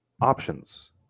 options